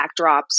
backdrops